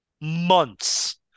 Months